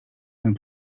ten